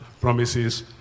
promises